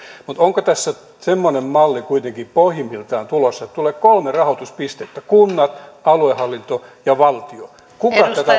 sekarahoituksesta onko tässä semmoinen malli kuitenkin pohjimmiltaan tulossa että tulee kolme rahoituspistettä kunnat aluehallinto ja valtio kuka tätä